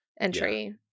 entry